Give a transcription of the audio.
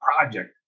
project